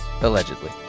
Allegedly